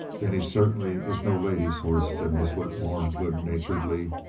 then he certainly is no lady's horse, said miss whitmore, good-naturedly.